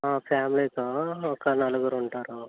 ఫ్యామిలీతో ఒక నలుగురు ఉంటారు